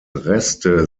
reste